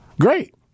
great